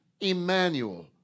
Emmanuel